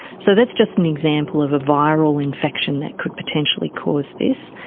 so that's just an example of a viral infection that could potentially cause this.